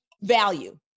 Value